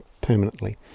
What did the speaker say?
permanently